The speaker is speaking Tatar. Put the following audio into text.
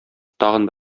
тагын